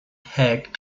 had